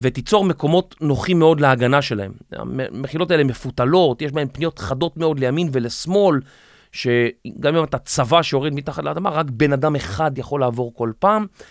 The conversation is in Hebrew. ותיצור מקומות נוחים מאוד להגנה שלהם. המחילות האלה מפותלות, יש בהן פניות חדות מאוד לימין ולשמאל, שגם אם אתה צבא שיורד מתחת לאדמה, רק בן אדם אחד יכול לעבור כל פעם.